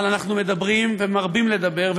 אבל אנחנו מדברים ומרבים לדבר,